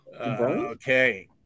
okay